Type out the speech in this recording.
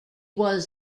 was